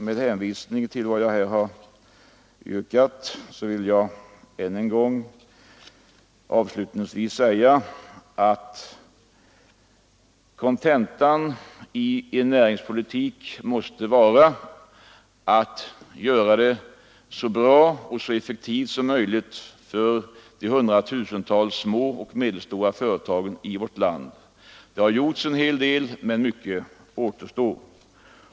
Med hänvisning till vad jag nu har sagt vill jag ännu en gång avslutningsvis poängtera att kontentan i näringspolitiken måste vara att ordna det så bra och effektivt som möjligt för de hundratusentals små och medelstora företagen i vårt land. Det har gjorts en hel del, men mycket återstår.